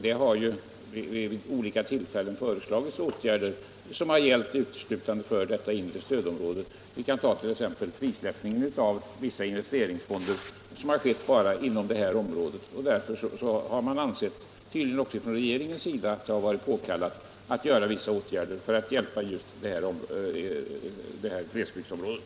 Det har ju också vid åtskilliga tillfällen föreslagits åtgärder som har gällt enbart för detta inre stödområde, t.ex. frisläppningen av vissa investeringsfonder. Man har tydligen även i regeringen ansett det vara påkallat att vidta de åtgärderna för att hjälpa företagsamheten i det inre stödområdet.